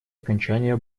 окончание